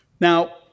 Now